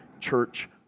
church